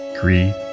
Greed